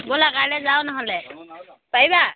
ব'লা কাইলৈ যাওঁ নহ'লে পাৰিবা